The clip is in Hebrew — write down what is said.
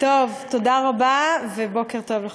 טוב, תודה רבה ובוקר טוב לכולם.